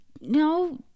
No